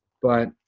but,